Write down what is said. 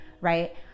right